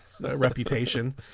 reputation